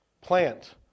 Plant